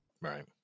Right